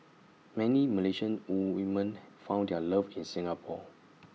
many Malaysian woman found their love in Singapore